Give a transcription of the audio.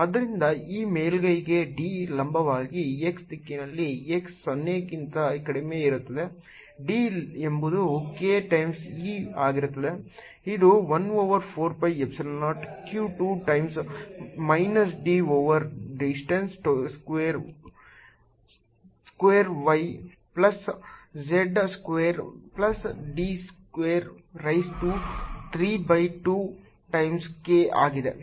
ಆದ್ದರಿಂದ ಈ ಮೇಲ್ಮೈಗೆ D ಲಂಬವಾಗಿ x ದಿಕ್ಕಿನಲ್ಲಿ x 0 ಕ್ಕಿಂತ ಕಡಿಮೆ ಇರುತ್ತದೆ D ಎಂಬುದು k ಟೈಮ್ಸ್ E x ಆಗಿರುತ್ತದೆ ಇದು 1 over 4 pi epsilon 0 q 2 times minus d over distance square y square plus z square plus d square raise to 3 by 2 times k ಆಗಿದೆ